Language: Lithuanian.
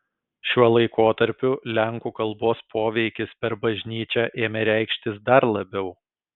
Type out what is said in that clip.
šiuo laikotarpiu lenkų kalbos poveikis per bažnyčią ėmė reikštis dar labiau